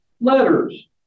Letters